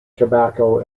tobacco